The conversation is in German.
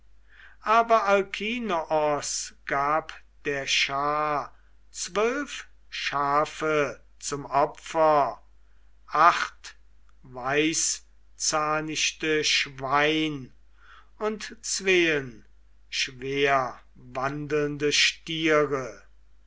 aber alkinoos gab der schar zwölf schafe zum opfer acht weißzahnichte schwein und zween schwerwandelnde stiere